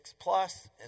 Plus